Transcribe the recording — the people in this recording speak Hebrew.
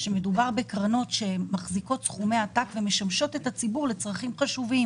שמדובר בקרנות שמחזיקות סכומי עתק ומשמשות את הציבור לצרכים חשובים